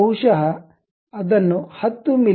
ಬಹುಶಃ ಅದನ್ನು 10 ಮಿ